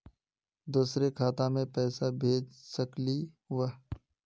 दुसरे खाता मैं पैसा भेज सकलीवह?